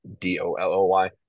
D-O-L-O-Y